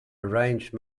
arrange